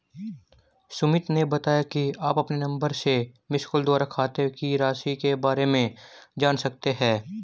सुमित ने बताया कि आप अपने नंबर से मिसकॉल द्वारा खाते की राशि के बारे में जान सकते हैं